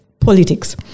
politics